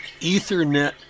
Ethernet